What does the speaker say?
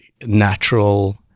natural